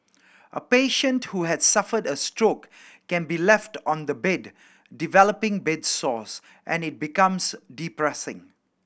a patient who has suffered a stroke can be left on the bed developing bed sores and it becomes depressing